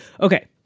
okay